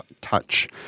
Touch